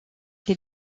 les